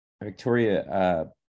victoria